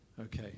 Okay